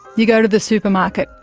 you go to the supermarket.